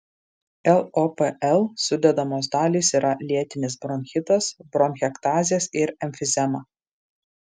lopl sudedamos dalys yra lėtinis bronchitas bronchektazės ir emfizema